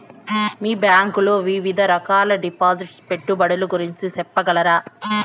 మీ bank లో వివిధ రకాల డిపాసిట్స్, పెట్టుబడుల గురించి సెప్పగలరా?